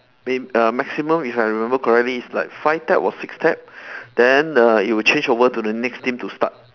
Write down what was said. may~ uh maximum if I remember correctly is like five tap or six tap then err you will change over to the next team to start